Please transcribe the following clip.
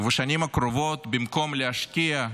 ובשנים הקרובות במקום להשקיע,